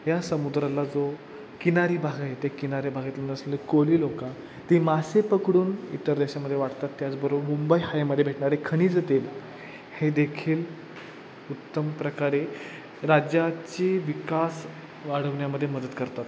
या समुद्राला जो किनारी भाग आहे ते किनारे भागातील नसले कोळी लोक ती मासे पकडून इतर देशामध्ये वाटतात त्याचबरोब मुंबई हायमध्ये भेटणारे खनिज तेल हे देखील उत्तम प्रकारे राज्याची विकास वाढवण्यामध्ये मदत करतात